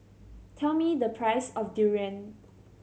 tell me the price of durian